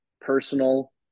personal